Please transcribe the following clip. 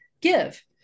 give